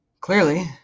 Clearly